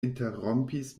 interrompis